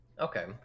okay